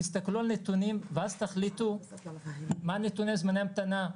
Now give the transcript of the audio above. תסתכלו על נתונים ואז תחליטו מה נתוני זמני ההמתנה,